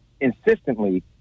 insistently